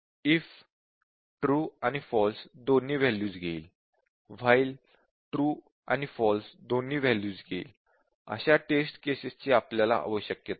if true आणि false दोन्ही values घेईल while ट्रू आणि फॉल्स दोन्ही वॅल्यूज घेईल अशा टेस्ट केसेस ची आपल्याला आवश्यकता आहे